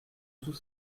tout